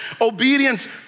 Obedience